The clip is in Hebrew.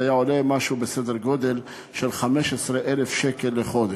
זה היה עולה משהו בסדר גודל של 15,000 ש"ח לחודש.